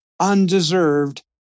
undeserved